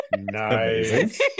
nice